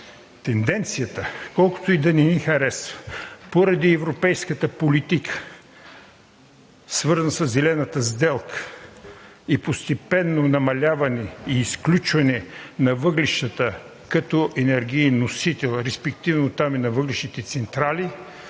тенденцията, колкото и да не ни харесва поради европейската политика, свързана със Зелената сделка и постепенно намаляване и изключване на въглищата като енергиен носител, респективно от там и на въглищните централи,